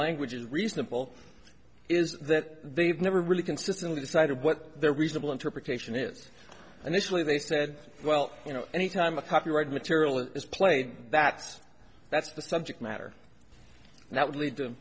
language is reasonable is that they've never really consistently decided what their reasonable interpretation is initially they said well you know anytime a copyright material is played that's that's the subject matter that would lead to